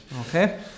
Okay